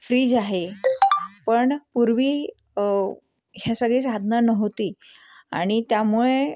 fridge आहे पण पूर्वी हे सगळे साधनं नव्हती आणि त्यामुळे